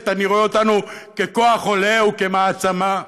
אני רואה אותנו ככוח עולה וכמעצמה.